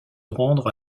rendre